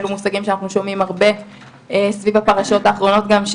אלו מושגים שאנחנו שומעים הרבה סביב הפרשות האחרונות גם,